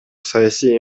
саясий